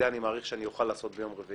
אני מעריך שאוכל לקיים את הדיון הזה ביום רביעי,